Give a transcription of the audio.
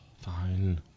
Fine